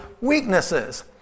weaknesses